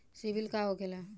सीबील का होखेला?